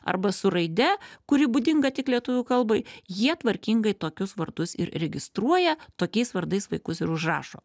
arba su raide kuri būdinga tik lietuvių kalbai jie tvarkingai tokius vartus ir registruoja tokiais vardais vaikus ir užrašo